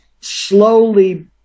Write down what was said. slowly